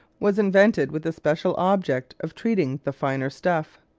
was invented with the special object of treating the finer stuff.